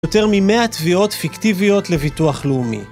יותר מ-100 תביעות פיקטיביות לביטוח לאומי